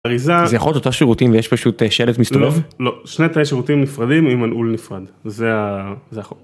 זה יכול להיות בתא שירותים ויש פשוט שלט מסתובב לא שני תאי שירותים נפרדים עם מנעול נפרד.